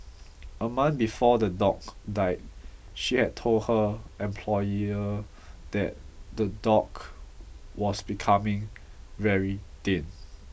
a month before the dog died she had told her employer that the dog was becoming very thin